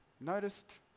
Noticed